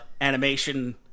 animation